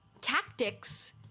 tactics